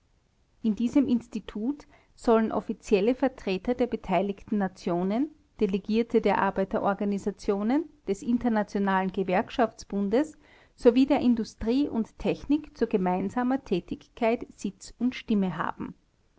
in diesem institut sollen offizielle vertreter der beteiligten nationen delegierte der arbeiterorganisationen des internationalen gewerkschaftsbundes sowie der industrie und technik zu gemeinsamer tätigkeit sitz und stimme haben